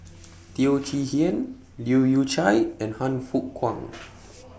Teo Chee Hean Leu Yew Chye and Han Fook Kwang